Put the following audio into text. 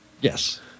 Yes